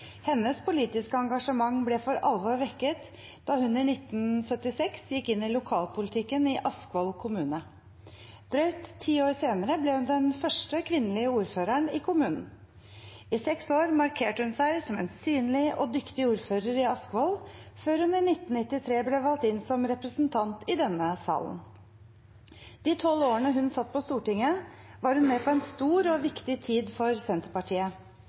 Hennes politiske engasjement ble for alvor vekket da hun i 1976 gikk inn i lokalpolitikken i Askvoll kommune. Drøyt ti år senere ble hun den første kvinnelige ordføreren i kommunen. I seks år markerte hun seg som en synlig og dyktig ordfører i Askvoll – før hun i 1993 ble valgt inn som representant i denne salen. De tolv årene hun satt på Stortinget, var hun med på en stor og viktig tid for Senterpartiet